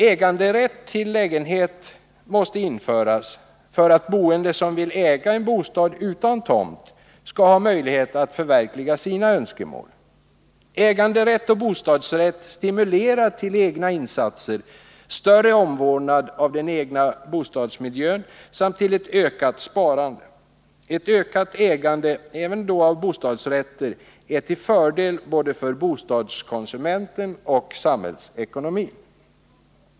Äganderätt till lägenhet måste införas för att boende som vill äga en bostad utan tomt skall ha möjlighet att förverkliga sina önskemål. Äganderätt och bostadsrätt stimulerar till egna insatser, större omvårdnad av den egna bostadsmiljön samt till ett ökat sparande. Ett ökat ägande — även av bostadsrätt — är till fördel för både bostadskonsumenten och samhällsekonomin.